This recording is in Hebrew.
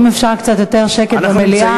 אם אפשר, קצת יותר שקט במליאה.